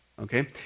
Okay